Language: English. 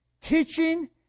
teaching